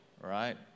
right